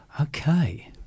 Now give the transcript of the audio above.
Okay